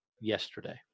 yesterday